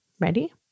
Ready